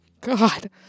God